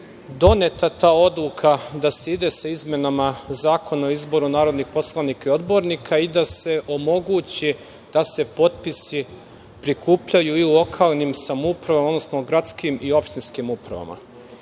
doneta ta odluka da se ide sa izmenama Zakona o izboru narodnih poslanika i odbornika i da se omogući da se potpisi prikupljaju i u lokalnim samoupravama, odnosno gradskim i opštinskim upravama. Iskreno,